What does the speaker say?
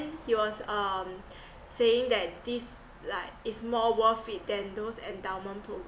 he was um saying that this like is more worth it than those endowment